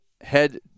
head